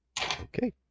Okay